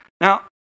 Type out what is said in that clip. Now